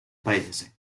paese